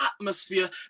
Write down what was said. atmosphere